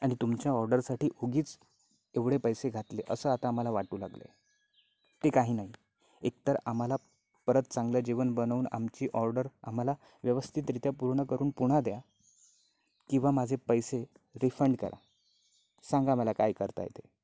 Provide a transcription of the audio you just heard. आणि तुमच्या ऑर्डरसाठी उगीच एवढे पैसे घातले असं आता आम्हाला वाटू लागलं आहे ते काही नाही एक तर आम्हाला परत चांगलं जेवण बनवून आमची ऑर्डर आम्हाला व्यवस्थितरीत्या पूर्ण करून पुन्हा द्या किंवा माझे पैसे रिफंड करा सांगा मला काय करताय ते